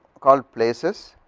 call places